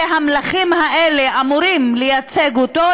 שהמלכים האלה אמורים לייצג אותו,